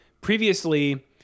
previously